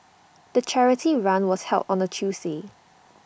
the charity run was held on A Tuesday